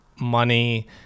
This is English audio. money